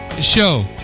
show